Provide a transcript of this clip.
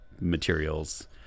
materials